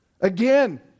Again